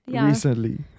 recently